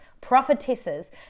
prophetesses